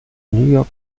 new